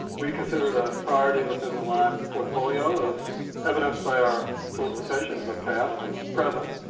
we considered a priority within the lyme portfolio, as evidenced by our solicitation of past and present,